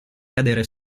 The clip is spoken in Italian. cadere